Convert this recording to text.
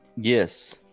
Yes